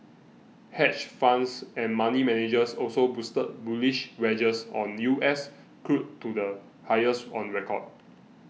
hedge funds and money managers also boosted bullish wagers on U S crude to the highest on record